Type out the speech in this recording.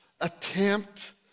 attempt